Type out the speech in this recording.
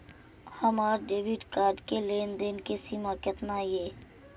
हमार debit card के लेन देन के सीमा केतना ये?